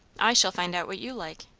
i shall find out what you like.